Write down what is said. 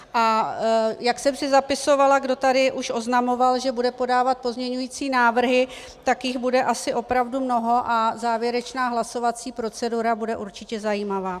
A jak jsem si zapisovala, kdo tady už oznamoval, že bude podávat pozměňovací návrhy, tak jich bude asi opravdu mnoho a závěrečná hlasovací procedura bude určitě zajímavá.